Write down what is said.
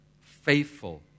faithful